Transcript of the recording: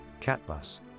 catbus